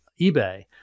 eBay